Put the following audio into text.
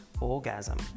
orgasm